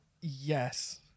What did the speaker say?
Yes